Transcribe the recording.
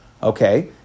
Okay